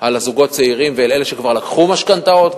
על זוגות צעירים ועל אלה שכבר לקחו משכנתאות,